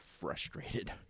frustrated